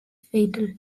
fatal